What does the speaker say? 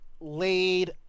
laid